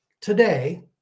today